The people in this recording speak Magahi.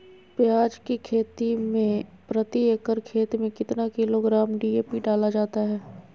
प्याज की खेती में प्रति एकड़ खेत में कितना किलोग्राम डी.ए.पी डाला जाता है?